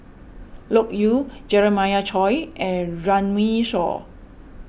Loke Yew Jeremiah Choy and Runme Shaw